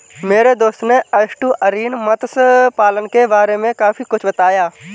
मेरे दोस्त ने एस्टुअरीन मत्स्य पालन के बारे में काफी कुछ बताया